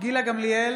גילה גמליאל,